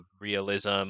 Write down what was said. realism